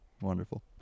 Wonderful